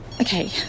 okay